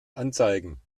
anzeigen